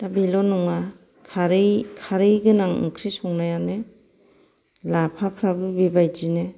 दा बेल' नङा खारै गोनां ओंख्रि संनायानो लाफाफ्राबो बेबायदिनो